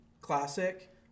classic